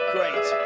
Great